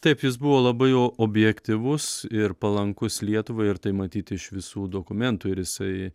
taip jis buvo labai o objektyvus ir palankus lietuvai ir tai matyti iš visų dokumėntų ir jisai